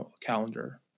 calendar